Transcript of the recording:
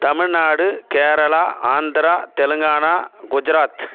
Tamil Nadu Kerala Andhra Telangana Gujarat